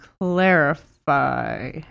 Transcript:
clarify